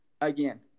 again